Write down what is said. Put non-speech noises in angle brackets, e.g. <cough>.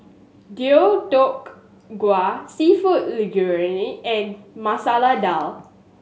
Deodeok Gui Seafood Linguine and <unintelligible> Dal